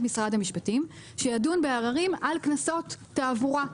משרד המשפטי שידון בעררים על קנסות תעבורה,